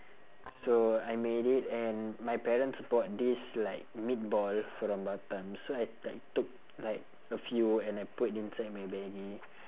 so I made it and my parents bought this like meatball from batam so I like took like a few and I put inside my maggi